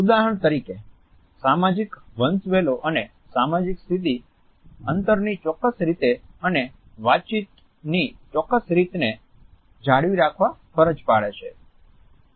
ઉદાહરણ તરીકે સામાજિક વંશવેલો અને સામાજિક સ્થિતિ અંતરની ચોક્કસ રીતે અને વાતચીતની ચોક્કસ રીતને જાળવી રાખવા ફરજ પાડે છે